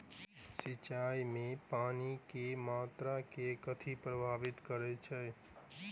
सिंचाई मे पानि केँ मात्रा केँ कथी प्रभावित करैत छै?